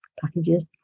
packages